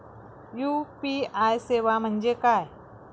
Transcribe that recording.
UPI सेवा म्हणजे काय?